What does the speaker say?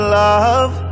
love